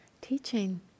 teaching